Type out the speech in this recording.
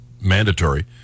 mandatory